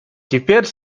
теперь